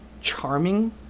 charming